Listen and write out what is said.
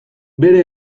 bere